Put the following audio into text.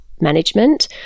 management